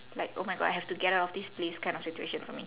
like oh my god I have to get out of this place kind of situation for me